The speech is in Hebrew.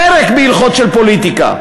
פרק, בהלכות פוליטיקה.